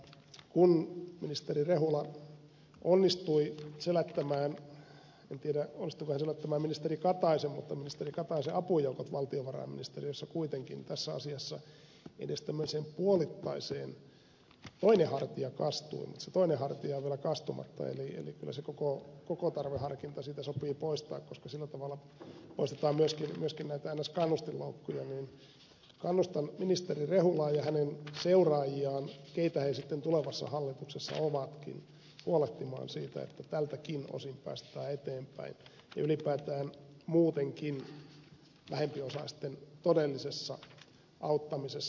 mutta kun ministeri rehula onnistui selättämään en tiedä onnistuiko hän selättämään ministeri kataisen ministeri kataisen apujoukot valtiovarainministeriössä kuitenkin tässä asiassa edes puolittaisella tavalla toinen hartia kastui mutta se toinen hartia vielä on kastumatta eli kyllä se koko tarveharkinta siitä sopii poistaa koska sillä tavalla poistetaan myöskin näitä niin sanottuja kannustinloukkuja niin kannustan ministeri rehulaa ja hänen seuraajiaan keitä he sitten tulevassa hallituksessa ovatkin huolehtimaan siitä että tältäkin osin päästään eteenpäin ja ylipäätään muutenkin vähempiosaisten todellisessa auttamisessa